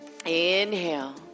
inhale